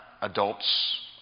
adults